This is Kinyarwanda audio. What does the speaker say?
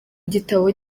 gitabo